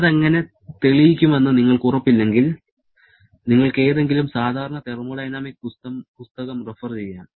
അത് എങ്ങനെ തെളിയിക്കുമെന്ന് നിങ്ങൾക്ക് ഉറപ്പില്ലെങ്കിൽ നിങ്ങൾക്ക് ഏതെങ്കിലും സാധാരണ തെർമോഡൈനാമിക്സ് പുസ്തകം റഫർ ചെയ്യാം